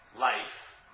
life